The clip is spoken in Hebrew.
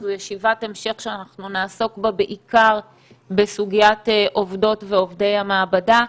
זו ישיבת המשך שאנחנו נעסוק בה בעיקר בסוגיית עובדות ועובדי המעבדה.